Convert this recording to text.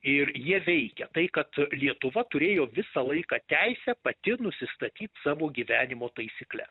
ir jie veikė tai kad lietuva turėjo visą laiką teisę pati nusistatyt savo gyvenimo taisykles